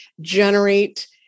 generate